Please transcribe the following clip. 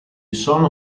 sono